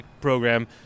program